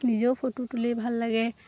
নিজেও ফটো তুলি ভাল লাগে